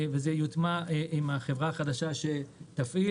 וזה יוטמע עם החברה החדשה שתפעיל.